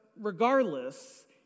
regardless